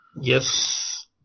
Yes